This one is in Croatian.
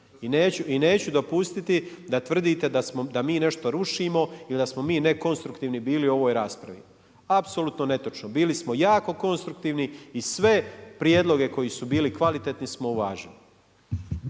I neću dopustiti da tvrdite da mi nešto rušimo ili da smo mi ne konstruktivni bili u ovoj raspravi. Apsolutno netočno, bili smo jako konstruktivni i sve prijedloge koji su bili kvalitetni smo uvažili.